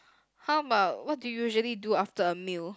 how bout what do you usually do after a meal